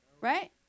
Right